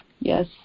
Yes